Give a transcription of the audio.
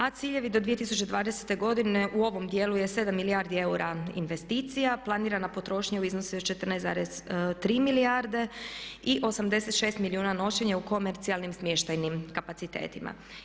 A ciljevi do 2020. godine u ovom dijelu je 7 milijardi eura investicija, planirana potrošnja u iznosu 14,3 milijarde i 86 milijuna noćenja u komercijalnim smještajnim kapacitetima.